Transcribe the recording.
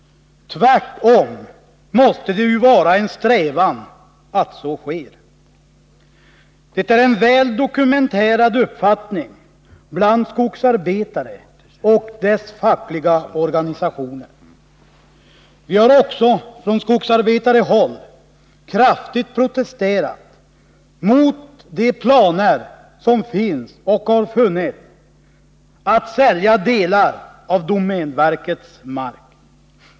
Tvärtom måste det ju vara en strävan att så sker. Det är en väl dokumenterad uppfattning bland skogsarbetare och deras fackliga organisationer. Vi har också från skogsarbetarhåll kraftigt protesterat mot de planer som finns och har funnits på att sälja delar av domänverkets mark.